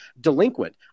delinquent